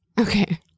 Okay